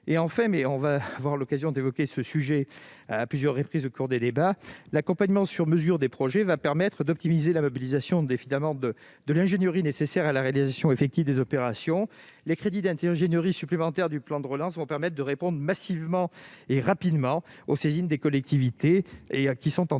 Enfin, nous aurons l'occasion d'évoquer ce point à plusieurs reprises au cours du débat, l'accompagnement sur mesure des projets optimisera la mobilisation de l'ingénierie nécessaire à la réalisation effective des opérations. Les crédits supplémentaires du plan de relance permettront de répondre massivement et rapidement aux saisines des collectivités qui souhaitent